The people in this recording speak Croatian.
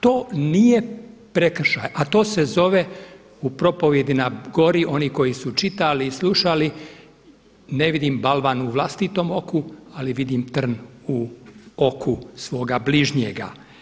To nije prekršaj, a to se zove u propovjedi na gori, oni koji su čitali i slušali – ne vidim balvan u vlastitom oku, ali vidim trn u oku svoga bližnjega.